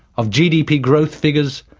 of gdp growth figures,